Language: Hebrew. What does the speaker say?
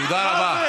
תודה רבה.